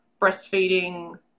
breastfeeding